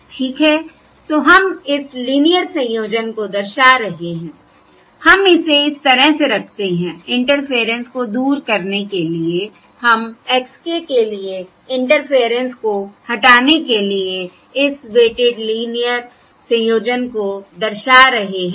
तो हम इस लीनियर संयोजन को दर्शा रहे हैं हम इसे इस तरह से रखते हैं इंटरफेयरेंस को दूर करने के लिए हम x k के लिए इंटरफेयरेंस को हटाने के लिए इस वेटिड लीनियर संयोजन को दर्शा रहे हैं